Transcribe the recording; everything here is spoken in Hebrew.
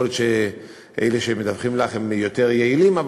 יכול להיות שאלה שמדווחים לך הם יותר יעילים,